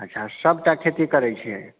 अच्छा सभटा खेती करै छिये